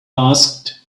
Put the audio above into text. asked